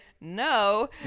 no